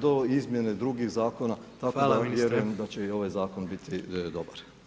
do izmjene drugih zakona, tako da vjerujem da će i ovaj zakon biti dobar.